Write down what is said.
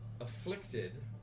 afflicted